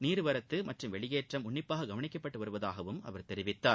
நீர் வரத்து மற்றும் வெளியேற்றம் உள்ளிப்பாக கவனிக்கப்பட்டு வருவதாகவும் அவர் தெரிவித்தார்